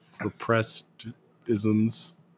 repressed-isms